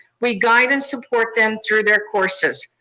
we guide and support them through their courses.